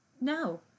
No